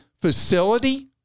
facility